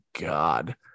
God